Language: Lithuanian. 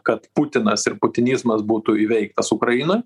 kad putinas ir putinizmas būtų įveiktas ukrainoj